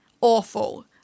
awful